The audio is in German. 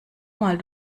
mal